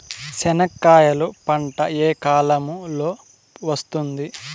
చెనక్కాయలు పంట ఏ కాలము లో వస్తుంది